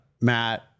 Matt